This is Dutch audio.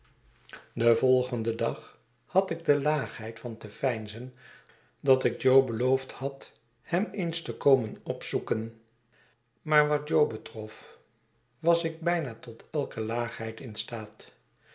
den volgenden dag had ik de laagheid van te veinzen dat ik jo beloofd had hem eens te komen opzoeken maar wat jo betrof was ik bijna tot elke laagheid in staat